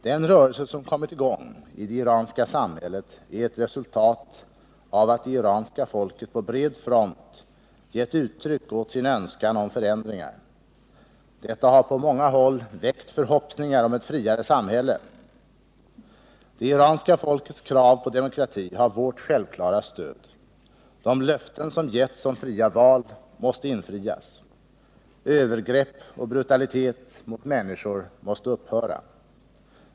Den rörelse som kommit i gång i det iranska samhället är ett resultat av att det iranska folket på bred front gett uttryck åt sin önskan om förändringar. Detta har på många håll väckt förhoppningar om ett friare samhälle. Det iranska folkets krav på demokrati har vårt självklara stöd. De löften som getts om fria val måste infrias. Övergrepp och brutalitet mot människor måste upphöra.